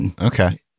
Okay